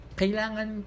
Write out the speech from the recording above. kailangan